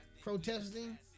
Protesting